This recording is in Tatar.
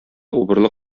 убырлы